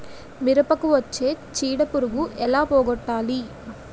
మిరపకు వచ్చే చిడపురుగును ఏల పోగొట్టాలి?